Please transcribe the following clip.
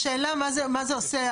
השאלה מה זה עושה.